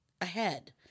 ahead